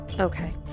Okay